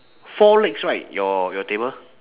four legs right your your table